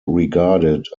regarded